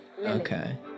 Okay